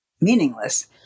meaningless